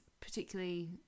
particularly